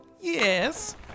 Yes